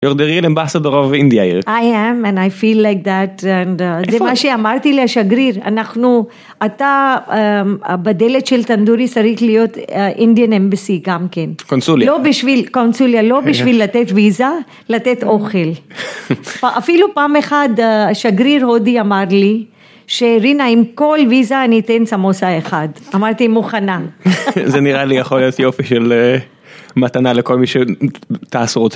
יור דה ריל אמבסדור אוף אינדיה היר, איי אם אני איי פיל לייק דת אנד זה מה שאמרתי לשגריר, אנחנו, אתה בדלת של טנדורי צריך להיות אינדיאן אמבסי גם כן, קונסוליה, לא בשביל, קונסוליה לא בשביל לתת ויזה, לתת אוכל, אפילו פעם אחד שגריר הודי אמר לי, שרינה עם כל ויזה אני אתן סמוסה אחד, אמרתי מוכנה, זה נראה לי יכול להיות יופי של מתנה לכל מי שטס עוד